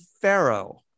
Pharaoh